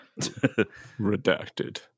Redacted